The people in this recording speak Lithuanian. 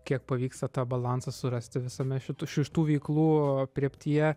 kiek pavyksta tą balansą surasti visame šitų šitų veiklų aprėptyje